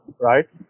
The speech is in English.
right